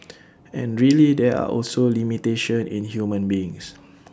and really there are also limitation in human beings